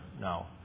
now